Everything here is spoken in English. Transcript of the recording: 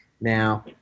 Now